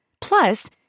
Plus